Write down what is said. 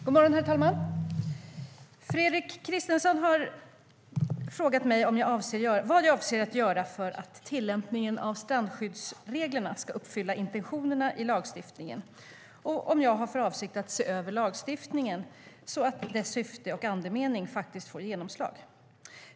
Svar på interpellationHerr talman! Fredrik Christensson har frågat mig vad jag avser att göra för att tillämpningen av strandskyddsreglerna ska uppfylla intentionerna i lagstiftningen och om jag har för avsikt att se över lagstiftningen så att dess syfte och andemening faktiskt får genomslag.